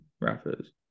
rappers